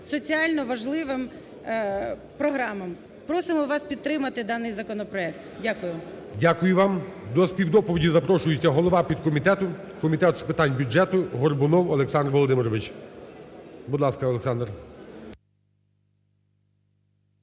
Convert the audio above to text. соціально важливим програмам. Просимо вас підтримати даний законопроект. Дякую. ГОЛОВУЮЧИЙ. Дякую вам. До співдоповіді запрошується голова підкомітету Комітету з питань бюджету Горбунов Олександр Володимирович. Будь ласка, Олександр.